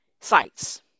sites